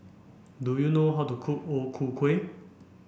do you know how to cook O Ku Kueh